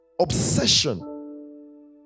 obsession